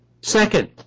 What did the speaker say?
Second